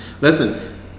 Listen